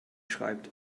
schreibt